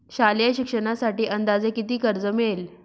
शालेय शिक्षणासाठी अंदाजे किती कर्ज मिळेल?